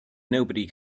nobody